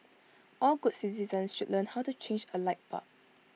all good citizens should learn how to change A light bulb